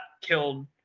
killed